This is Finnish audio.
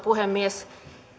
puhemies